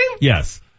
Yes